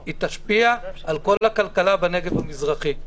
היא תשפיע על כל הכלכלה בנגב המזרחי,